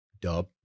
Dub